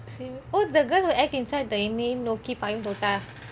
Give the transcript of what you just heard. oh the girl who act inside the Ennaiyum Nokki Paayum Thotta nokki paayum thotta